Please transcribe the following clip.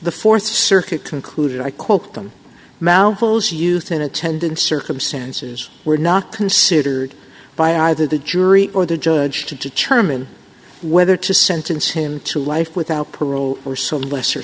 the th circuit concluded i call them mouthfuls used in attendance circumstances were not considered by either the jury or the judge to determine whether to sentence him to life without parole or so lesser